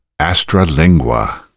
Astralingua